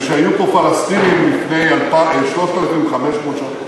ושהיו פה פלסטינים לפני 3,500 שנה,